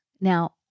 Now